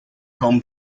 home